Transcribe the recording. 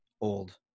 old